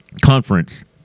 conference